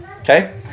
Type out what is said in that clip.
Okay